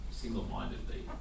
single-mindedly